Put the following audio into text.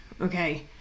okay